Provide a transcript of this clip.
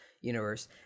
universe